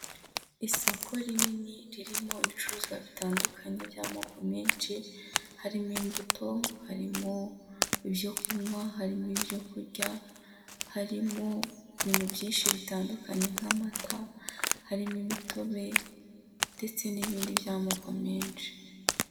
Isoko rinini ririmo ibicuruzwa bitandukanye by'amoko menshi, harimo imbuto, harimo ibyo kunywa, harimo ibyo kurya, harimo ibintu byinshi bitandukanye nk'amata, harimo imitobe ndetse n'ibindi by'amoko menshi.